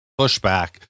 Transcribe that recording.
pushback